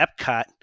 Epcot